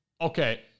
Okay